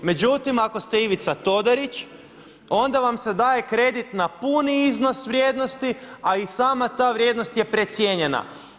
Međutim ako ste Ivica Todorić onda vam se daje kredit na puni iznos vrijednosti, a i sama ta vrijednost je precijenjena.